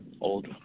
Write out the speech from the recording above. Old